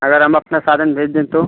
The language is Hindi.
अगर हम अपना साधन भेज दें तो